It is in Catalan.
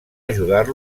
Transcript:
ajudar